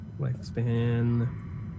Lifespan